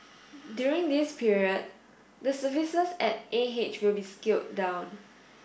during this period the services at A H will be scaled down